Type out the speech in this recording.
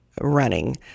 running